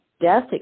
death